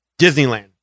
Disneyland